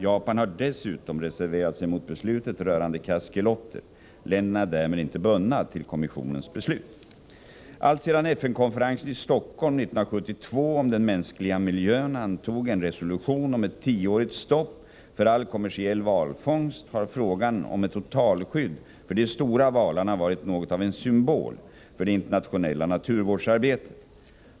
Japan har dessutom reserverat sig mot beslutet rörande kaskeloter. Länderna är därmed inte bundna till kommissionens beslut. Alltsedan FN-konferensen i Stockholm 1972 om den mänskliga miljön antog en resolution om ett tioårigt stopp för all kommersiell valfångst, har frågan om ett totalskydd för de stora valarna varit något av en symbol för det internationella naturvårdsarbetet.